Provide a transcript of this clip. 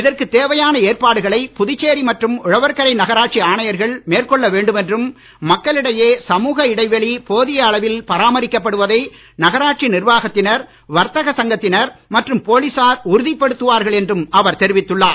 இதற்கு தேவையான ஏற்பாடுகளை புதுச்சேரி மற்றும் உழவர்கரை நகராட்சி ஆணையர்கள் மேற்கொள்ள வேண்டும் என்றும் மக்களிடையே சமூக இடைவெளி போதிய அளவில் பராமரிக்கப்படுவதை நகராட்சி நிர்வாகத்தினர் வர்த்தக சங்கத்தினர் மற்றும் போலீசார் உறுதிப்படுத்துவார்கள் என்றும் அவர் தெரிவித்துள்ளார்